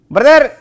Brother